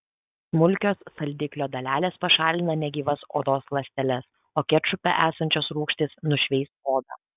smulkios saldiklio dalelės pašalina negyvas odos ląsteles o kečupe esančios rūgštys nušveis odą